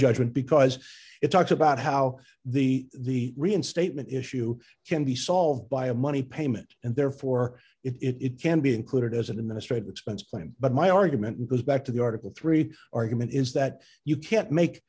judgment because it talks about how the reinstatement issue can be solved by a money payment and therefore it can be included as an administrative expenses plan but my argument goes back to the article three argument is that you can't make